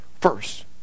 first